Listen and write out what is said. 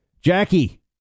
Jackie